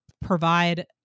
provide